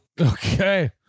Okay